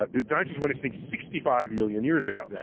but the dinosaurs went extinct sixty five million years ago,